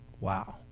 Wow